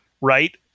right